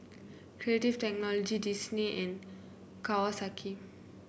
Creative Technology Disney and Kawasaki